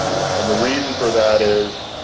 and the reason for that is,